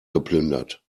geplündert